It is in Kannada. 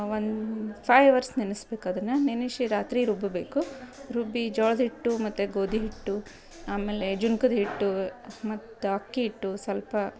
ಒನ್ ಫೈ ಅವರ್ಸ್ ನೆನೆಸ್ಬೇಕು ಅದನ್ನು ನೆನೆಸಿ ರಾತ್ರಿ ರುಬ್ಬ ಬೇಕು ರುಬ್ಬಿ ಜೋಳದ ಹಿಟ್ಟು ಮತ್ತು ಗೋಧಿ ಹಿಟ್ಟು ಆಮೇಲೇ ಜುನ್ಕದ ಹಿಟ್ಟೂ ಮತ್ತು ಅಕ್ಕಿ ಇಟ್ಟು ಸ್ವಲ್ಪ